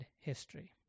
History